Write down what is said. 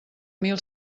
mil